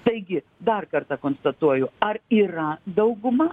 taigi dar kartą konstatuoju ar yra dauguma